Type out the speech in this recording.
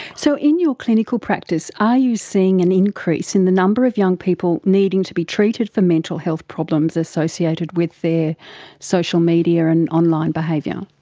so in your clinical practice, are you seeing an increase in the number of young people needing to be treated for mental health problems associated with their social media and online behaviour?